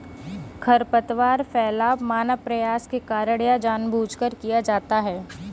खरपतवार फैलाव मानव प्रवास के कारण या जानबूझकर किया जाता हैं